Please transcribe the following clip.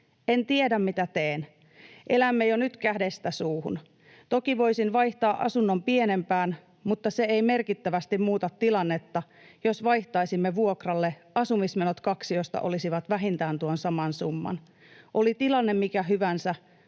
En tiedä, mitä teen. Elämme jo nyt kädestä suuhun. Toki voisin vaihtaa asunnon pienempään, mutta se ei merkittävästi muuta tilannetta. Jos vaihtaisimme vuokralle, asumismenot kaksiosta olisivat vähintään tuon saman summan. Oli tilanne mikä hyvänsä,